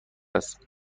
است